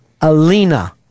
Alina